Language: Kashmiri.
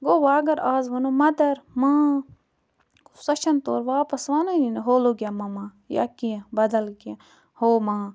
گوٚو وۄنۍ اگر آز ونوٚ مَدَر ماں سۄ چھَنہٕ تورٕ واپَس وَنٲنی نہٕ ہو لوٛگ یا مَما یا کیٚنٛہہ بَدَل کیٚنٛہہ ہو ماں